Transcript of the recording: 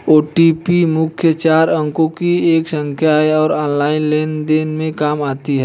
OTP मुख्यतः चार अंकों की एक संख्या है जो ऑनलाइन लेन देन में काम आती है